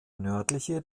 nördliche